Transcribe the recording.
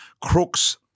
crooks